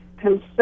concern